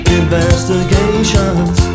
investigations